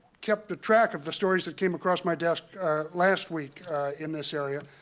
kept a track of the stories that came across my desk last week in this area.